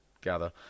gather